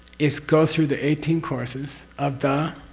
is go through the eighteen courses of the?